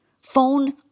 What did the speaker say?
phone